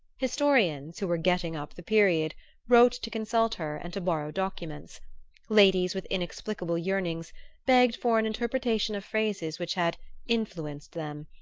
historians who were getting up the period wrote to consult her and to borrow documents ladies with inexplicable yearnings begged for an interpretation of phrases which had influenced them,